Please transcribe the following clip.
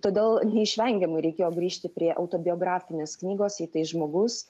todėl neišvengiamai reikėjo grįžti prie autobiografinės knygos jei tai žmogus